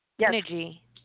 energy